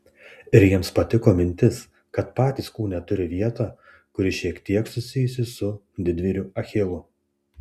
ir jiems patiko mintis kad patys kūne turi vietą kuri šiek tiek susijusi su didvyriu achilu